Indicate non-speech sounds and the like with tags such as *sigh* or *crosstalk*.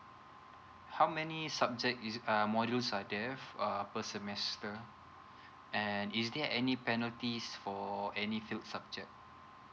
how many subject is uh modules are there uh per semester *breath* and is there any penalties for any failed subject